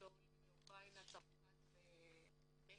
לטיפול בעולים מאוקראינה, צרפת ובלגיה.